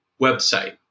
website